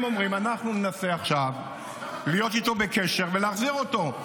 הם אומרים: אנחנו ננסה עכשיו להיות איתו בקשר ולהחזיר אותו.